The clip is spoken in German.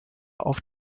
auf